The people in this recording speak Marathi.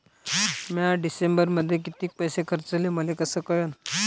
म्या डिसेंबरमध्ये कितीक पैसे खर्चले मले कस कळन?